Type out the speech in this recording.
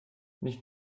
nicht